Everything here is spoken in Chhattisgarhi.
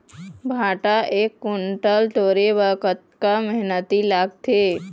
भांटा एक कुन्टल टोरे बर कतका मेहनती लागथे?